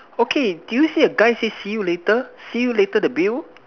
okay do you see a guy say see you later see you later the bill